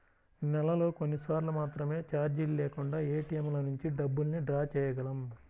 నెలలో కొన్నిసార్లు మాత్రమే చార్జీలు లేకుండా ఏటీఎంల నుంచి డబ్బుల్ని డ్రా చేయగలం